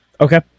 Okay